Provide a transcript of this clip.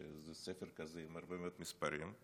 שזה ספר כזה עם הרבה מאוד מספרים,